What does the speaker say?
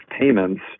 payments